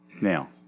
Now